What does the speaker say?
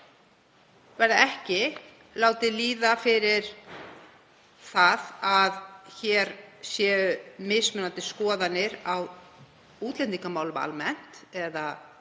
verði ekki látið líða fyrir það að hér séu mismunandi skoðanir á útlendingamálum almennt, hvernig